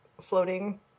floating